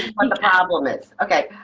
and the problem is. ok,